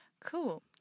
Cool